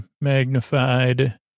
magnified